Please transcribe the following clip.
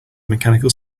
mechanical